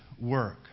work